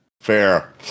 Fair